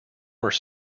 were